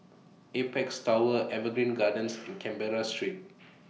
Apex Tower Evergreen Gardens and Canberra Street